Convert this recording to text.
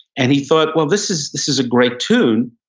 and he thought, well this is this is a great tune.